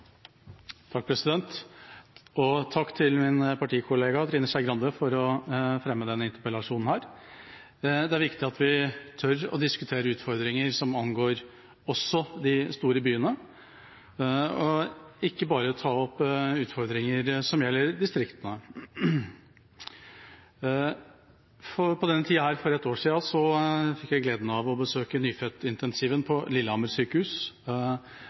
Takk til min partikollega Trine Skei Grande for å fremme denne interpellasjonen. Det er viktig at vi også tør å diskutere utfordringer som angår de store byene, og ikke bare tar opp utfordringer som gjelder distriktene. På denne tida for et år siden hadde jeg gleden av å besøke nyfødtintensiven på Lillehammer sykehus.